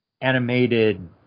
animated